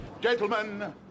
Gentlemen